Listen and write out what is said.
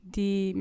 die